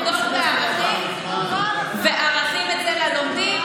עמדות וערכים אצל הלומדים,